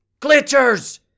Glitchers